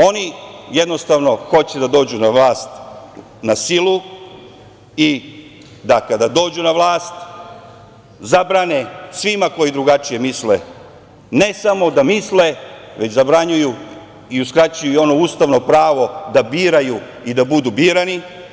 Oni jednostavno hoće da dođu na vlast na silu i da kada dođu na vlast zabrane svima koji drugačije misle ne samo da misle, već zabranjuju i uskraćuju i ono ustavno pravo da biraju i da budu birani.